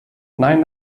nein